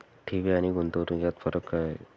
ठेवी आणि गुंतवणूक यात फरक काय आहे?